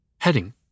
Heading